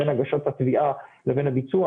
בין הגשת התביעה לבין הביצוע.